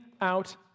out